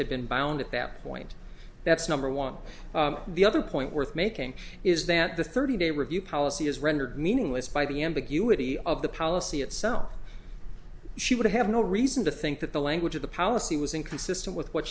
had been bound at that point that's number one the other point worth making is that the thirty day review policy is rendered meaningless by the ambiguity of the policy itself she would have no reason to think that the language of the alice it was inconsistent with what